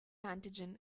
antigen